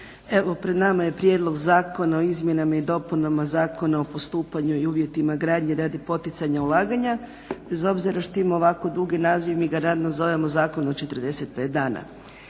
Evo pred nama je Prijedlog zakona o izmjenama i dopunama Zakona o postupanju i uvjetima gradnje radi poticanja ulaganja. Bez obzira što ima ovako dugi naziv mi ga naravno zovemo zakon za 45 dana.